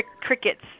crickets